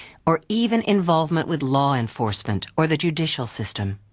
or even involvement with law enforcement, or the judicial system.